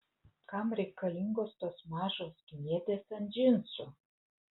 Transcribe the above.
kam reikalingos tos mažos kniedės ant džinsų